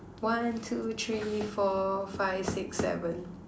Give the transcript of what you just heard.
one two three four five six seven